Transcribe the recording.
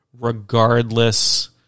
regardless